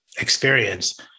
experience